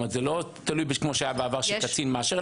זה לא תלוי, כמו שהיה בעבר, בקצין שמאשר.